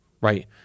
right